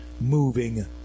moving